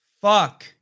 Fuck